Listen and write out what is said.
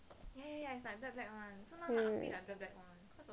this [one]